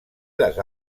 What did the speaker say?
les